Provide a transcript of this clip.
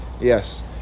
yes